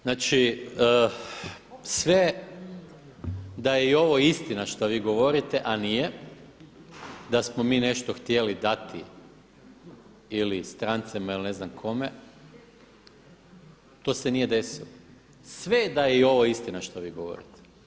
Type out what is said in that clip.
Znači sve da je i ovo istina što vi govorite, a nije da smo mi nešto htjeli dati ili strancima ili ne znam kome, to se nije desilo, sve da je i ovo istina što vi govorite.